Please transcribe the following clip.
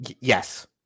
Yes